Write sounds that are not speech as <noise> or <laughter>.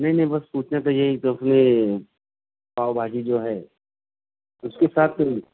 نہیں نہیں بس پوچھنا تھا یہی کہ <unintelligible> پاؤ بھاجی جو ہے اس کے ساتھ